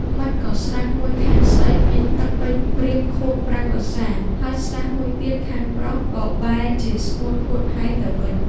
ម៉េចក៏ស្រះមួយខាងស្រី មានទឹកពេញព្រៀបខួបប្រាំងវស្សា ហើយស្រះមួយទៀតខាងប្រុស ក៏បែរជាស្ងួតហួតហែងទៅវិញ ?